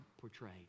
portrayed